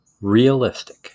realistic